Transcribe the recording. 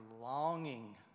longing